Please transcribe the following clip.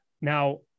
Now